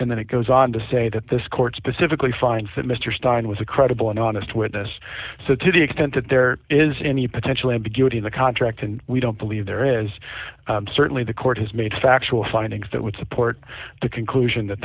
and then it goes on to say that this court specifically finds that mr stein was a credible and honest witness so to the extent that there is any potential ambiguity in the contract and we don't believe there is certainly the court has made factual findings that would support the conclusion that